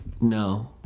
No